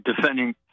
defending